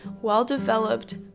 well-developed